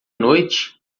noite